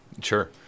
sure